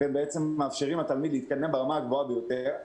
ומאפשרים לתלמיד להתקדם ברמה הגבוהה ביותר.